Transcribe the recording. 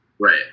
Right